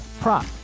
prop